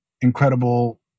incredible